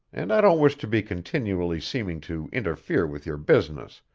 and i don't wish to be continually seeming to interfere with your business,